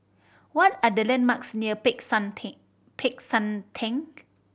what are the landmarks near Peck San Theng Peck San Theng